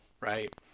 Right